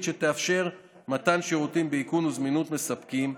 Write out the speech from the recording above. שתאפשר מתן שירותים באיכון וזמינות מספקים,